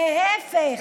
להפך,